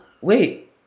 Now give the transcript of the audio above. wait